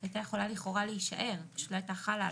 הייתה יכולה להישאר, ופשוט לא הייתה חלה.